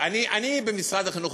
אני עובד במשרד החינוך,